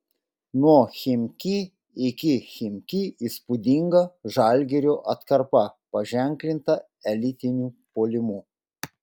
nuo chimki iki chimki įspūdinga žalgirio atkarpa paženklinta elitiniu puolimu